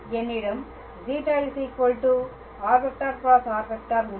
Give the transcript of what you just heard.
என்னிடம் ζ r × r உள்ளது